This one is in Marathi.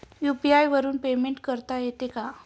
यु.पी.आय वरून पेमेंट करता येते का?